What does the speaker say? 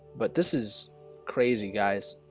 but this is crazy guys